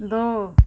दो